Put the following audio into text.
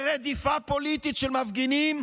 ברדיפה פוליטית של מפגינים,